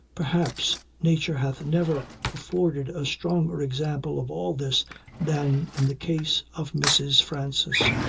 perhaps, nature hath never afforded a stronger example of all this than in the case of mrs. francis.